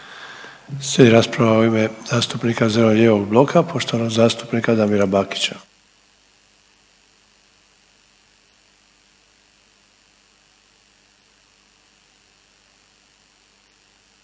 Slijedi rasprava u ime zastupnika zeleno-lijevog bloka poštovanog zastupnika Damira Bakića.